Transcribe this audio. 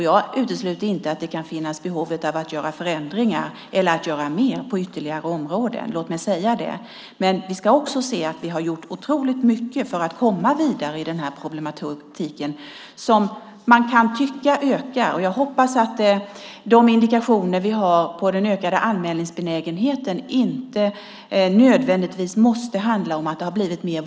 Jag utesluter inte att det kan finnas behov av att göra förändringar eller att göra mer på ytterligare områden. Jag vill gärna säga det. Vi kan också se att vi gjort oerhört mycket för att komma vidare med denna problematik, som man kan tycka ökar. Jag hoppas att de indikationer vi har på den ökade anmälningsbenägenheten inte nödvändigtvis måste handla om att våldet ökar.